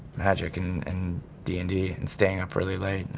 magic, and and d and d, and staying up really late,